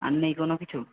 আর নেই কোনো কিছু